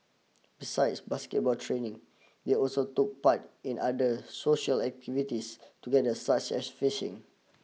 besides basketball training they also took part in other social activities together such as fishing